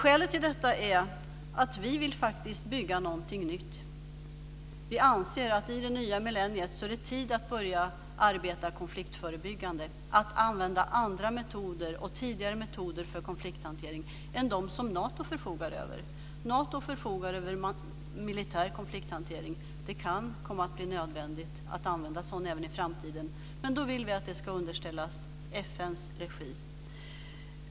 Skälet till detta är att vi faktiskt vill bygga någonting nytt. Vi anser att det i det nya millenniet är tid att börja arbeta konfliktförebyggande, att använda andra metoder, och tydligare metoder, för konflikthantering än dem som Nato förfogar över. Nato förfogar över militär konflikthantering. Det kan komma att bli nödvändigt att använda sådan även i framtiden, men då vill vi att det ska underställas FN:s regi.